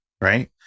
right